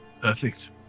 perfect